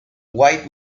white